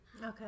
Okay